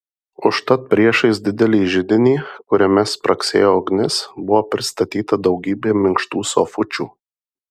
užtat priešais didelį židinį kuriame spragsėjo ugnis buvo pristatyta daugybė minkštų sofučių